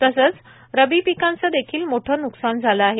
तसंच रबी पिकांचं देखील मोठं न्कसान झालं आहे